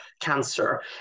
cancer